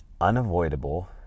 unavoidable